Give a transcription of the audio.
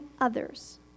others